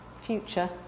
future